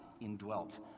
indwelt